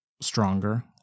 stronger